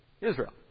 Israel